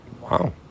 Wow